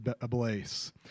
ablaze